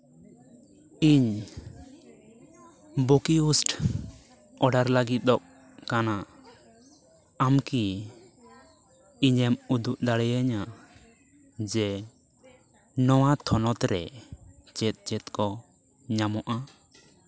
ᱤᱧ ᱵᱚᱠᱤᱭᱳᱥᱴ ᱚᱰᱟᱨ ᱞᱟᱹᱜᱤᱫᱚᱜ ᱠᱟᱱᱟ ᱟᱢ ᱠᱤᱢ ᱤᱧᱮᱢ ᱩᱫᱩᱜ ᱫᱟᱲᱮ ᱤᱧᱟ ᱡᱮ ᱱᱚᱣᱟ ᱛᱷᱚᱱᱚᱛᱨᱮ ᱪᱮᱫ ᱪᱮᱫ ᱠᱚ ᱧᱟᱢᱚᱜᱼᱟ